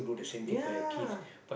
ya